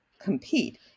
compete